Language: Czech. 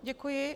Děkuji.